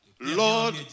Lord